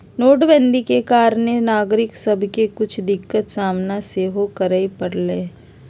नोटबन्दि के कारणे नागरिक सभके के कुछ दिक्कत सामना सेहो करए परलइ